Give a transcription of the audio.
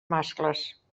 mascles